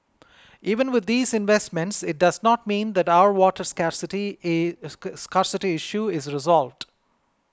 even with these investments it does not mean that our water scarcity scarcity issue is resolved